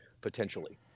potentially